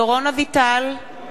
דורון אביטל,